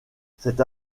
cette